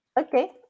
Okay